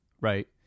right